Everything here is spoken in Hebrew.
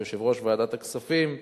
שהוא יושב-ראש ועדת הכספים,